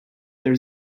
there